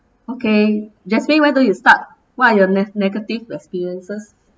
okay jasmine why don't you start what are your negative experiences